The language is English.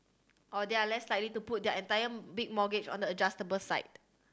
or they are less likely to put their entire big mortgage on the adjustable side